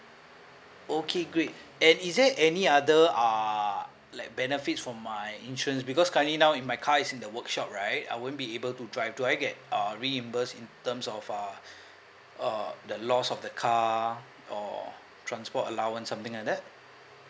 okay great and is there any other uh like benefits from my insurance because currently now if my car is in the workshop right I won't be able to drive do I get uh reimburse in terms of uh uh the loss of the car or transport allowance something like that